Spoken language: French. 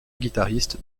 guitariste